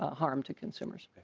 ah harm to consumers.